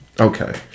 Okay